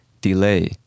Delay